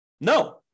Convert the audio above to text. No